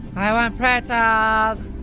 i want pretzels!